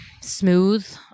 smooth